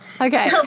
Okay